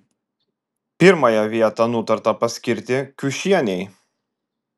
pirmąją vietą nutarta paskirti kiušienei